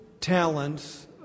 talents